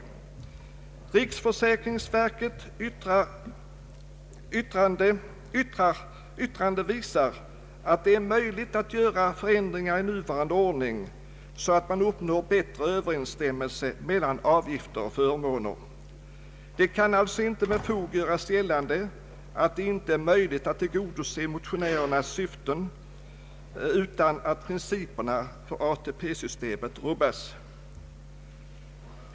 Riksförsäkringsverkets yttrande visar att det är möjligt att göra förändringar i nuvarande ordning, så att man uppnår bättre överensstämmelse mellan avgifter och förmåner. Det kan alltså inte med fog göras gällande att det inte är möjligt att tillgodose motionernas syften utan att principerna för ATP-systemet rubbas.